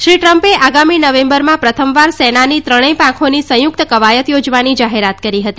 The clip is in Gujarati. શ્રી ટ્રમ્પે આગામી નવેમ્બરમાં પ્રથમવાર સેનાની ત્રણેય પાંખોની સંયુક્ત કવાયત યોજવાની જાહેરાત કરી હતી